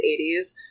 80s